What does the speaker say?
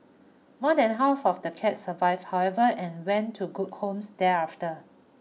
more than half of the cats survived however and went to good homes thereafter